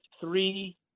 three